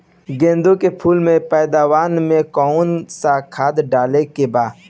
गेदे के फूल पैदवार मे काउन् सा खाद डाले के बा?